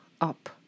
up